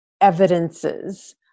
evidences